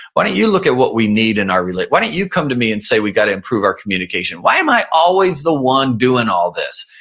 why don't you look at what we need in our relationship? like why don't you come to me and say, we've got to improve our communication? why am i always the one doing all this?